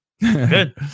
Good